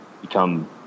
become